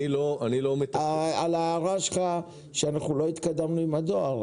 על ההערה שלך שאנחנו לא התקדמנו עם הדואר,